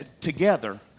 together